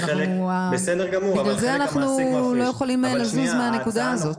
בגלל זה אנחנו לא יכולים לזוז מהנקודה הזאת.